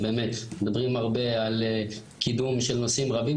מדברים הרבה על קידום של נושאים רבים,